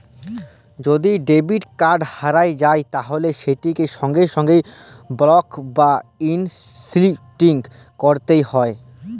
যদি debit card হারাঁয় যায় তাইলে সেটকে সঙ্গে সঙ্গে বলক বা হটলিসটিং ক্যইরতে হ্যয়